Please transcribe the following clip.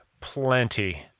plenty